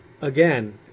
Again